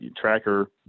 Tracker